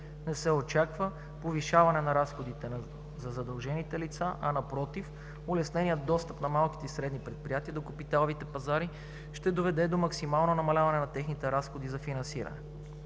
Не се очаква повишаване на разходите за задължените лица, а напротив, улесненият достъп на малките и средните предприятия до капиталовите пазари ще доведе до максимално намаляване на техните разходи за финансиране.